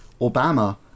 Obama